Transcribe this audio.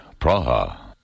Praha